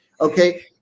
okay